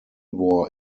war